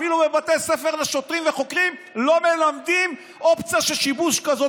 אפילו בבתי ספר לשוטרים וחוקרים לא מלמדים אופציה של שיבוש כזאת,